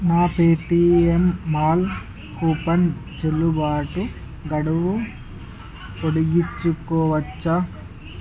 నా Paytm mall coupon చెల్లుబాటు గడువు పొడిగించుకోవచ్చా